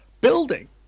building